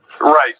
right